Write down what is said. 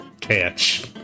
catch